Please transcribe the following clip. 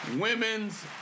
women's